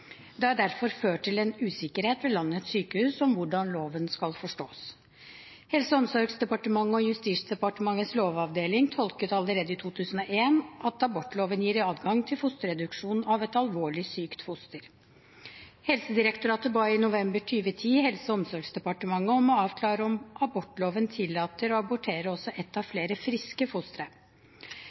Det har derfor ført til en usikkerhet ved landets sykehus om hvordan loven skal forstås. Helse- og omsorgsdepartementet og Justisdepartementets lovavdeling tolket allerede i 2001 at abortloven gir adgang til fosterreduksjon av et alvorlig sykt foster. Helsedirektoratet ba i november 2010 Helse- og omsorgsdepartementet avklare om abortloven tillater å abortere også ett av flere friske fostre.